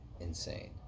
Insane